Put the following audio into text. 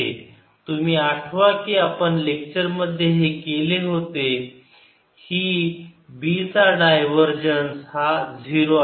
तुम्ही आठवा कि आपण लेक्चर मध्ये हे केले होते ही B चा डायवरजन्स हा 0 आहे